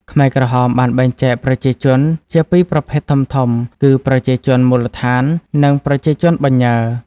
ខ្មែរក្រហមបានបែងចែកប្រជាជនជាពីរប្រភេទធំៗគឺ "ប្រជាជនមូលដ្ឋាន" និង "ប្រជាជនបញ្ញើ"។